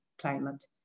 climate